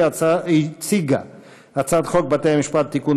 שהציגה את הצעת חוק בתי-המשפט (תיקון